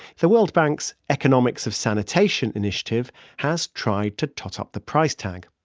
the world bank's economics of sanitation initiative has tried to tot up the price tag.